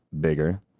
bigger